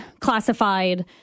classified